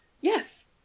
Yes